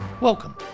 Welcome